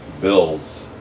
Bills